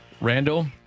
Randall